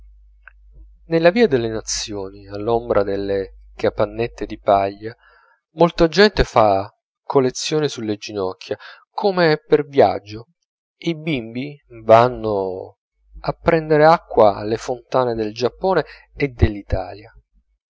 nella via delle nazioni all'ombra delle capannette di paglia molta gente fa colezione sulle ginocchia come per viaggio e i bimbi vanno a prender acqua alle fontane del giappone e dell'italia